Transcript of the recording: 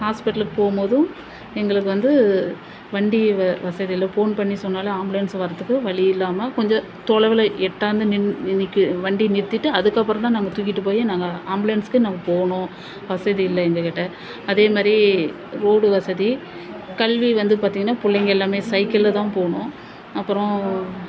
ஹாஸ்பிட்டலுக்கு போகும்போதும் எங்களுக்கு வந்து வண்டி வ வசதி இல்லை போன் பண்ணி சொன்னாலே ஆம்புலன்ஸ் வரதுக்கு வழி இல்லாமல் கொஞ்சம் தொலைவில் எட்டாத நின் நின்னிக்கு வண்டியை நிறுத்திவிட்டு அதுக்கப்புறம் தான் நாங்கள் தூக்கிட்டு போய் நாங்கள் ஆம்புலன்ஸ்க்கு நாங்கள் போகணும் வசதி இல்லை எங்கள்கிட்ட அதே மாதிரி ரோடு வசதி கல்வி வந்து பார்த்தீங்கன்னா பிள்ளைங்க எல்லாமே சைக்கிளில்தான் போகணும் அப்புறம்